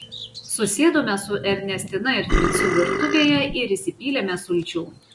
susėdome su ernestina ir fricu virtuvėje ir įsipylėme sulčių